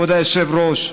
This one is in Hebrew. כבוד היושב-ראש,